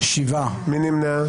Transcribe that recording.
הצבעה לא אושרו.